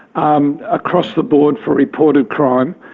um across the board for reported crime,